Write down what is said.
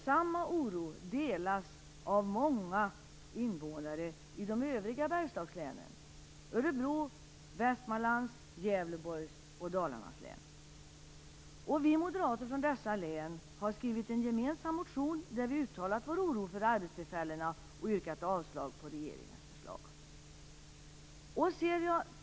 Samma oro delas av många invånare i de övriga verkstadslänen Vi moderater från dessa län har skrivit en gemensam motion där vi uttalat vår oro för arbetstillfällena och yrkat avslag på regeringens förslag.